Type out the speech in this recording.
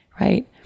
Right